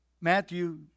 Matthew